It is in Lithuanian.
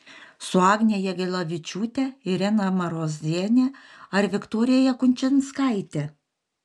su agne jagelavičiūte irena maroziene ar viktorija jakučinskaite